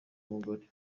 mugore